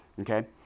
okay